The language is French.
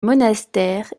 monastère